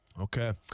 Okay